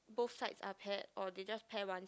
both sides are paired or they just pair ones